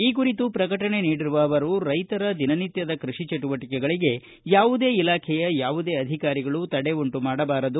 ಈ ಕುರಿತು ಪ್ರಕಟಣೆ ನೀಡಿರುವ ಅವರು ರೈತರ ದಿನನಿತ್ತದ ಕೃಷಿ ಚಟುವಟಕೆಗಳಿಗೆ ಯಾವುದೇ ಇಲಾಖೆಯ ಯಾವುದೇ ಅಧಿಕಾರಿಗಳು ತಡೆ ಉಂಟುಮಾಡಬಾರದು